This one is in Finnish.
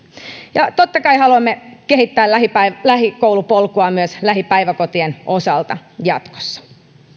ja totta kai haluamme kehittää lähikoulupolkua myös lähipäiväkotien osalta jatkossa